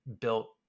built